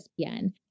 ESPN